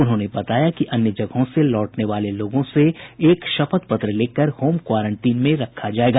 उन्होंने बताया कि अन्य जगहों से लौटने वाले लोगों से एक शपथ पत्र लेकर होम क्वारेंटीन में रखा जायेगा